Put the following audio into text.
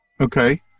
okay